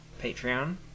Patreon